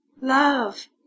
Love